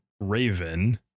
raven